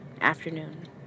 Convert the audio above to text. Afternoon